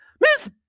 Miss